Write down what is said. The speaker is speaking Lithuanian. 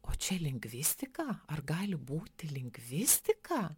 o čia lingvistika ar gali būti lingvistika